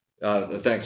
Thanks